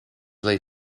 lay